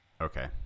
Okay